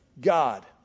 God